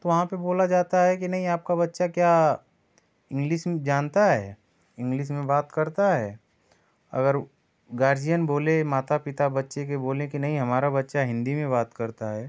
तो वहाँ पर बोला जाता है कि नहीं आपका बच्चा क्या इंग्लिस जानता है इंग्लिस में बात करता है अगर गार्जियन बोले माता पिता बच्चे के बोलें कि नहीं हमारा बच्चा हिन्दी में बात करता है